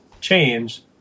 change